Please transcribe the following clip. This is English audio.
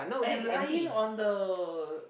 and lying on the